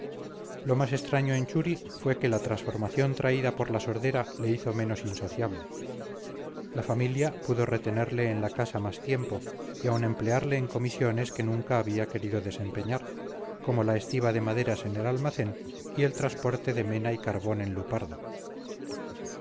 lo más extraño en churi fue que la transformación traída por la sordera le hizo menos insociable la familia pudo retenerle en la casa más tiempo y aun emplearle en comisiones que nunca había querido desempeñar como la estiba de maderas en el almacén y el transporte de mena y carbón en lupardo